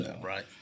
Right